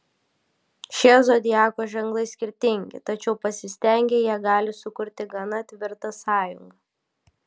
šie zodiako ženklai skirtingi tačiau pasistengę jie gali sukurti gana tvirtą sąjungą